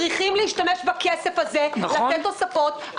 צריך להשתמש בכסף הזה, לתת תוספות.